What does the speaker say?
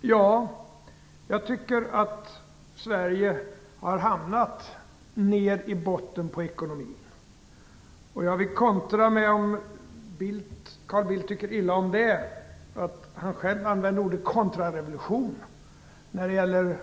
Jag tycker att Sverige har hamnat nere på botten i ekonomin, och jag vill, om Carl Bildt tycker illa om det, kontra med att han själv använde ordet kontrarevolution när det gäller